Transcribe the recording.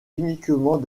uniquement